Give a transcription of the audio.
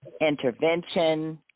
intervention